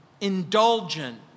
indulgent